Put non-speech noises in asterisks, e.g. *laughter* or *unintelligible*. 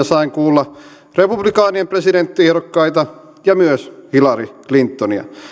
*unintelligible* sain kuulla republikaanien presidenttiehdokkaita ja myös hillary clintonia